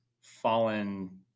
fallen